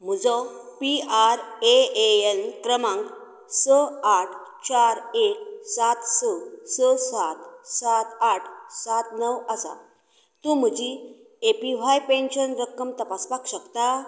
म्हजो पीआरएएएन क्रमांक स आठ चार एक सात स स सात सात आठ सात णव आसा तूं म्हजी एपीव्हाय पेन्शन रक्कम तपासपाक शकता